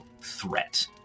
threat